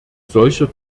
solcher